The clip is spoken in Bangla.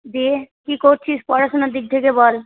দিয়ে কি করছিস পড়াশোনার দিক থেকে বল